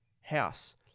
House